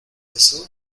eso